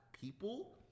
people